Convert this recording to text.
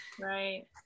Right